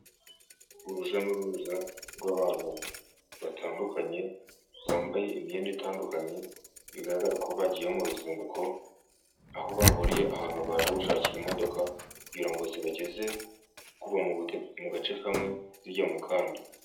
Urujya n'uruza rw'abantu batandukanye bambaye imyenda itandukanye bigaragara ko bagiye mu ruzinduko, aho bahuriye ahantu baje gushakira imodoka kugira ngo zibageze kuva mu gace kamwe zijya mu kandi.